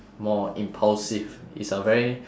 more impulsive it's a very